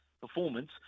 performance